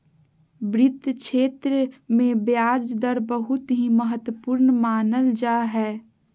वित्त के क्षेत्र मे ब्याज दर बहुत ही महत्वपूर्ण मानल जा हय